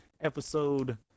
episode